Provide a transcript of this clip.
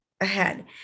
ahead